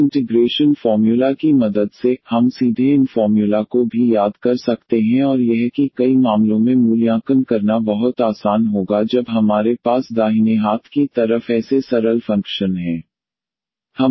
उस integration formula की मदद से हम सीधे इन फॉर्म्युला को भी याद कर सकते हैं और यह कि कई मामलों में मूल्यांकन करना बहुत आसान होगा जब हमारे पास दाहिने हाथ की तरफ ऐसे सरल फंक्शन हैं